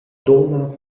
dunna